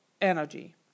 energy